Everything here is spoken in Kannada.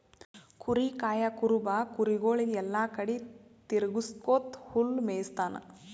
ಕುರಿ ಕಾಯಾ ಕುರುಬ ಕುರಿಗೊಳಿಗ್ ಎಲ್ಲಾ ಕಡಿ ತಿರಗ್ಸ್ಕೊತ್ ಹುಲ್ಲ್ ಮೇಯಿಸ್ತಾನ್